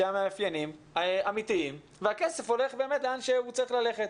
שהמאפיינים אמיתיים והכסף הולך באמת לאן שהוא צריך ללכת.